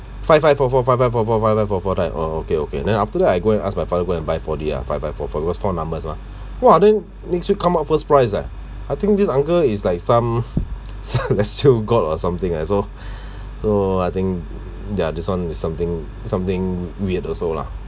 five five four four five five four four five five four four like oh okay okay and then after that I go and ask my father go and buy four D ah five five four four because four numbers mah !wah! then next week come up first prize ah I think this uncle is like some some fortune god or something lah so so I think ya this one is something something weird also lah